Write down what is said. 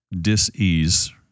dis-ease